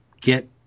get